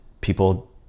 people